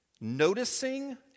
noticing